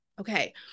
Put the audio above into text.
Okay